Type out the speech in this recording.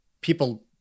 people